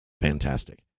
Fantastic